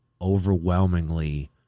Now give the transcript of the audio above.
overwhelmingly